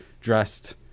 dressed